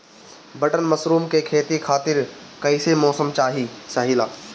Button mushroom के खेती खातिर कईसे मौसम चाहिला?